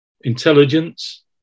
intelligence